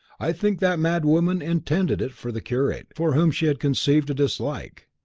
i think that mad woman intended it for the curate, for whom she had conceived a dislike.